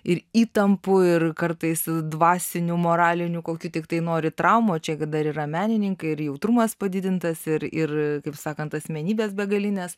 ir įtampų ir kartais dvasinių moralinių kokių tiktai nori traumų o čia dar yra menininkai ir jautrumas padidintas ir ir kaip sakant asmenybės begalinės